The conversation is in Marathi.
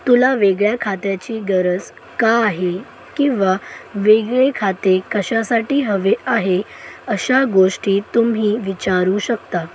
तुला वेगळ्या खात्याची गरज का आहे किंवा वेगळे खाते कशासाठी हवे आहे अशा गोष्टी तुम्ही विचारू शकता